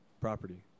property